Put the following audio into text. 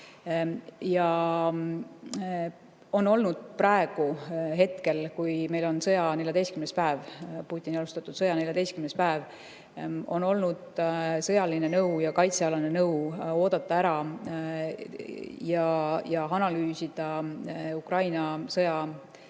Praegu, hetkel, kui meil on Putini alustatud sõja 14. päev, on olnud sõjaline nõu ja kaitsealane nõu oodata ära ja analüüsida Ukraina sõja,